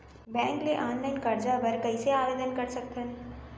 Bank ले online करजा बर कइसे आवेदन कर सकथन?